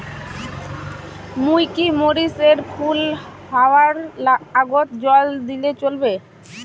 মুই কি মরিচ এর ফুল হাওয়ার আগত জল দিলে চলবে?